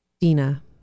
Dina